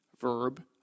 verb